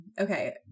okay